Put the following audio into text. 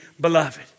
beloved